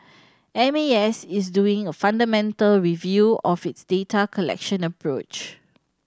M A S is doing a fundamental review of its data collection approach